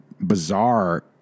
bizarre